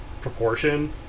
proportion